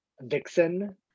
Vixen